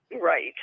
Right